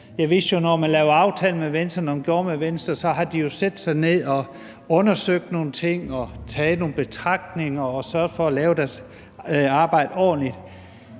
Jeg vidste jo, at når man lavede aftaler med Venstre, satte de sig ned og undersøgte nogle ting og gjorde sig nogle betragtninger og sørgede for at lave deres arbejde ordentligt.